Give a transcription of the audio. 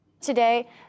Today